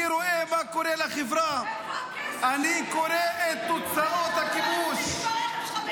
-- אני רואה מה קורה לחברה -- איפה הכסף שהיית